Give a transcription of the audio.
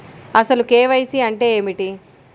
అసలు కే.వై.సి అంటే ఏమిటి?